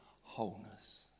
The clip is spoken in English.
wholeness